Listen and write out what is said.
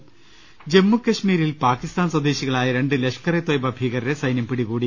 ് ജമ്മു കശ്മീരിൽ പാകിസ്ഥാൻ സ്വദേശികളായ രണ്ട് ലഷ്കർ എ തൊയ്ബ ഭീകരരെ സൈന്യം പിടികൂടി